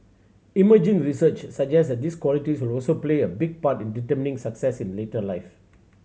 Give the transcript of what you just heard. emerging research suggests that these qualities also play a big part in determining success in later life